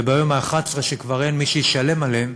וביום ה-11, כשכבר אין מי שישלם עליהם,